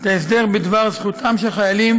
את ההסדר בדבר זכותם של חיילים